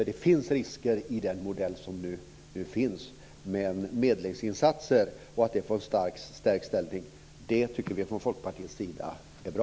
Det finns risker i den modell som nu finns, men att medlingsinsatser får en stärkt ställning tycker vi från Folkpartiets sida är bra.